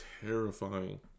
terrifying